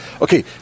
Okay